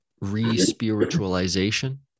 re-spiritualization